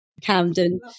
Camden